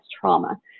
trauma